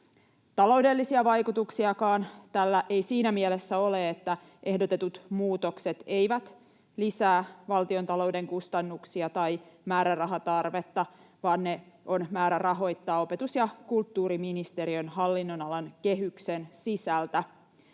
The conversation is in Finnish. taloudellisia vaikutuksiakaan tällä ei siinä mielessä ole, että ehdotetut muutokset eivät lisää valtiontalouden kustannuksia tai määrärahatarvetta, vaan ne on määrä rahoittaa opetus- ja kulttuuriministeriön hallinnonalan kehyksen sisältä,